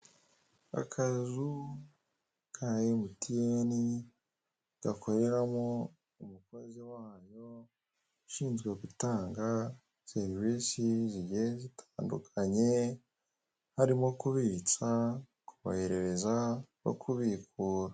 Akazu ka MTN gakoreramo umukozi wayo ushinzwe gutanga serivisi zigiye zitandukanye harimo kubitsa, koherereza no kubikura.